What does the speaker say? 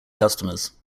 customers